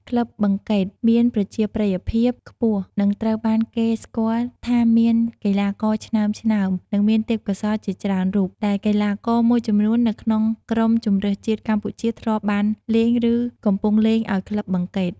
ក្លឹបបឹងកេតមានប្រជាប្រិយភាពខ្ពស់ និងត្រូវបានគេស្គាល់ថាមានកីឡាករឆ្នើមៗ និងមានទេពកោសល្យជាច្រើនរូប ដែលកីឡាករមួយចំនួននៅក្នុងក្រុមជម្រើសជាតិកម្ពុជា ធ្លាប់បានលេង ឬកំពុងលេងឲ្យក្លឹបបឹងកេត។